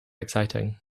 exciting